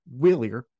Willier